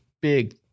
big